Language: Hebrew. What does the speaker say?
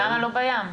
למה לא בים?